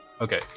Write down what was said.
Okay